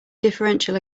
differential